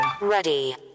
Ready